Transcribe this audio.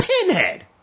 pinhead